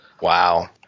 Wow